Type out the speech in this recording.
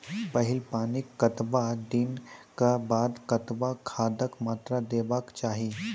पहिल पानिक कतबा दिनऽक बाद कतबा खादक मात्रा देबाक चाही?